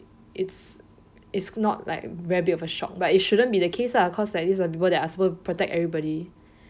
it's it's not like very big of a shock but it shouldn't be the case lah because like this are the people are supposed to protect everybody